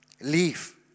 leave